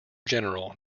general